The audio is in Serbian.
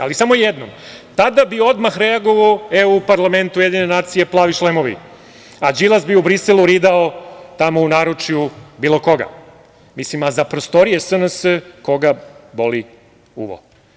Ali, samo jednom, tada bih odmah reagovao u parlamentu UN plavi šlemovi, a Đilas bi u Briselu ridao tamo u naručju bilo koga, a za prostorije SNS koga boli uvo.